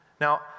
Now